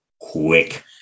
quick